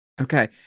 Okay